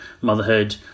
motherhood